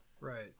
Right